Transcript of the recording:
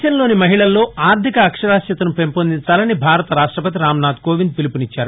దేశంలోని మహిళల్లో ఆర్టిక అక్షరాస్యతను పెంపొందించాలని భారత రాష్టపతి రామ్నాథ్ కోవింద్ పిలుపునిచ్చారు